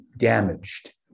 Damaged